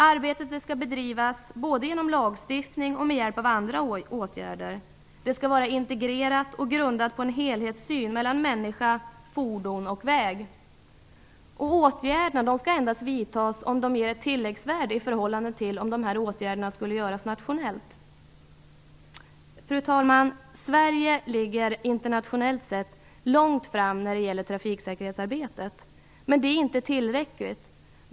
Arbetet skall bedrivas både genom lagstiftning och med hjälp av andra åtgärder. Det skall vara integrerat och grundat på en helhetssyn mellan människa, fordon och väg. Och åtgärderna skall endast vidtas om de ger ett tilläggsvärde i förhållande till om åtgärderna skulle göras nationellt. Fru talman! Sverige ligger internationellt sett långt fram när det gäller trafiksäkerhetsarbetet. Men det är inte tillräckligt.